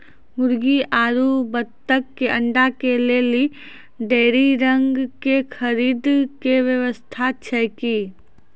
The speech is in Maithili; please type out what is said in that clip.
मुर्गी आरु बत्तक के अंडा के लेली डेयरी रंग के खरीद के व्यवस्था छै कि?